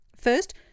First